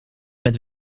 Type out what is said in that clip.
met